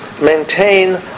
maintain